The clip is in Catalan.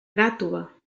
gàtova